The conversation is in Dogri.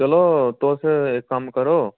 चलो तुस इक कम्म करो